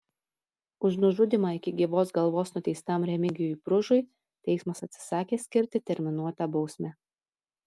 už nužudymą iki gyvos galvos nuteistam remigijui bružui teismas atsisakė skirti terminuotą bausmę